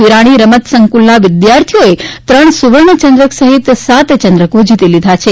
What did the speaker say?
વિરાણી રમત સંકુલના વિદ્યાર્થીઓએ ત્રણ સુવર્ણચંદ્રક સહીત સાત ચંદ્રકો જીતી લીધા છે